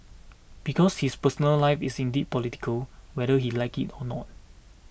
because his personal life is indeed political whether he likes it or not